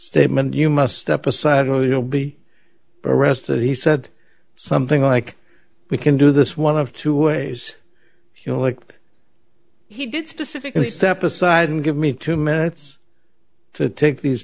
statement you must step aside no you'll be arrested he said something like we can do this one of two ways you know like he did specifically step aside and give me two minutes to take these